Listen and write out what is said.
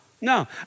no